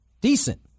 decent